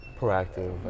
proactive